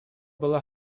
была